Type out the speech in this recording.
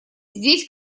здесь